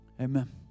amen